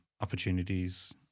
opportunities